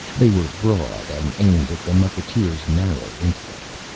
they were broad and aimed at the mucketeer's narrow intellect.